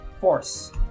Force